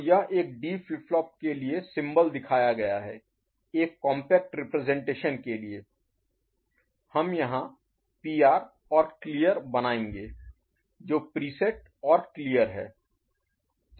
तो यह एक डी फ्लिप फ्लॉप के लिए सिंबल दिखाया गया है एक कॉम्पैक्ट रिप्रजेंटेशन के लिए हम यहां पीआर और क्लियर बनाएंगे जो प्रीसेट और क्लियर है